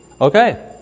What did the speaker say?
Okay